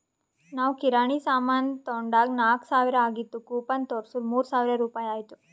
ನಾವ್ ಕಿರಾಣಿ ಸಾಮಾನ್ ತೊಂಡಾಗ್ ನಾಕ್ ಸಾವಿರ ಆಗಿತ್ತು ಕೂಪನ್ ತೋರ್ಸುರ್ ಮೂರ್ ಸಾವಿರ ರುಪಾಯಿ ಆಯ್ತು